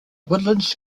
woodlands